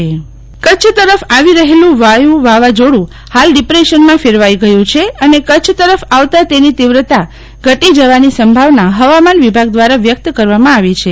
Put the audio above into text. શીતલ વૈશ્નવ વા વાઝા કરછ તરફ આવી રહેલું વાયુ વાવાઝોડું ફાલ ડ્રીપ્રેશનમાં ફેરવાઈ ગયું છે અને કરછ તરફ આવતા તેની તીવ્રતા ઘટી જવાની ફવામાન વિભાગ દ્વારા વ્યક્ત કરવામાં આવી છે